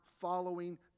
following